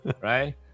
Right